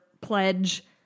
pledge